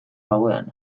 gauean